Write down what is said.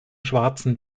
schwarzen